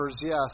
yes